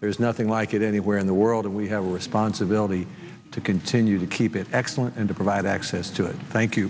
there's nothing like it anywhere in the world and we have a responsibility to continue to keep it excellent and to provide access to it thank you